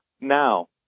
now